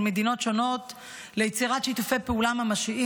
מדינות שונות ליצירת שיתופי פעולה ממשיים.